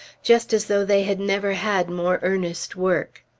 just as though they had never had more earnest work.